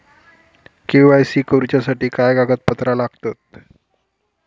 KYC करूच्यासाठी काय कागदपत्रा लागतत?